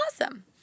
awesome